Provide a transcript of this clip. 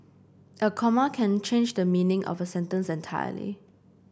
a comma can change the meaning of a sentence entirely